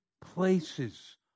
places